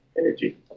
energy